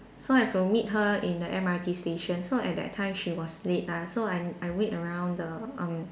so I have to meet her in the M_R_T station so at that time she was late ah so I I wait around the um